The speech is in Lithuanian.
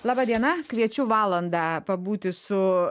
laba diena kviečiu valandą pabūti su